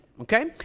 okay